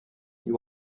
you